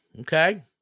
Okay